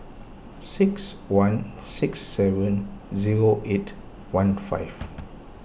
six one six seven zero eight one five